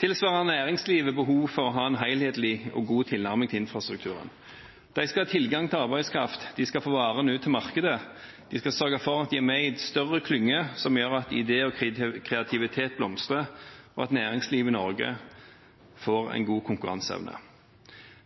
Tilsvarende har næringslivet behov for å ha en helhetlig og god tilnærming til infrastrukturen. De skal ha tilgang til arbeidskraft. De skal få varene ut til markedet. De skal sørge for at de er med i en større klynge, som gjør at ideer og kreativitet blomstrer, og at næringslivet i Norge får god konkurranseevne.